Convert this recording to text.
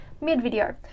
mid-video